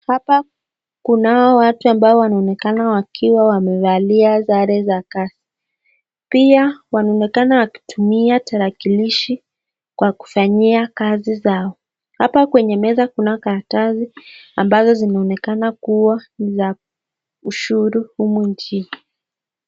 Hapa kunao watu ambao wanaonekana wakiwa wamevalia sare za kazi. Pia wanaonekana wakitumia tarakilishi kwa kufanyia kazi zao. Hapa kwenye meza kuna karatasi ambazo zinaonekana kuwa za ushuru humu nchini.